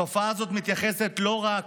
התופעה הזאת מתייחסת לא רק